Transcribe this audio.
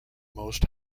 most